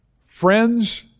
friends